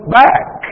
back